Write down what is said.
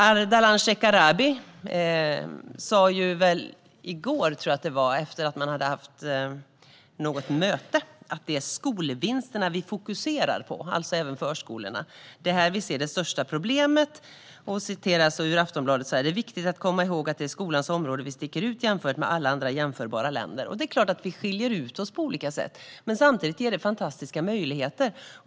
Ardalan Shekarabi sa i går, tror jag att det var, efter att man hade haft något möte: Det är skolvinsterna vi fokuserar på - alltså även förskolorna. Det är här vi ser det största problemet. Enligt Aftonbladet säger han vidare: Det är viktigt att komma ihåg att det är på skolans område vi sticker ut jämfört med alla andra jämförbara länder. Det är klart att vi i Sverige skiljer ut oss på olika sätt. Men samtidigt ger detta fantastiska möjligheter.